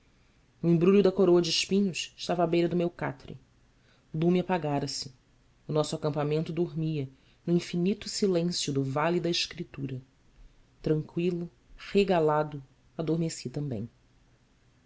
o embrulho da coroa de espinhos estava à beira do meu catre o lume apagara se o nosso acampamento dormia no infinito silêncio do vale da escritura tranqüilo regalado adormeci também